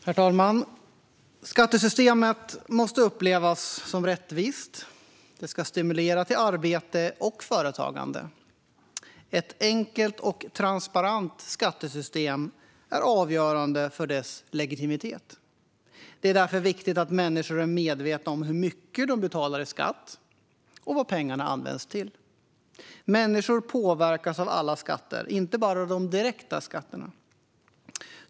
Herr talman! Skattesystemet måste upplevas som rättvist och stimulera till arbete och företagande. Att skattesystemet är enkelt och transparent är avgörande för dess legitimitet. Det är därför viktigt att människor är medvetna om hur mycket de betalar i skatt och vad pengarna används till. Människor påverkas av alla skatter, inte bara de direkta skatterna.